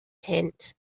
tent